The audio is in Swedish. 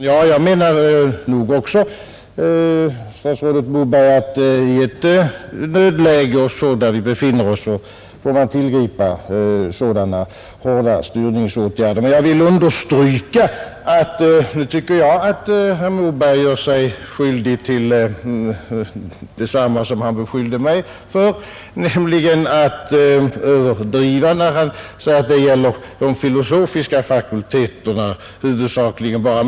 Herr talman! Också jag menar, statsrådet Moberg, att i ett nödläge som det vi befinner oss i får man tillgripa sådana hårda styrningsåtgärder. Men jag vill understryka att jag tycker att herr Moberg begår samma fel som han beskyllde mig för, nämligen att överdriva, när han säger att det huvudsakligen eller bara gäller de filosofiska fakulteterna.